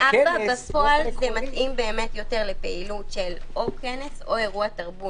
בפועל זה מתאים יותר לפעילות של או כנס או אירוע תרבות.